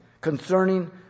concerning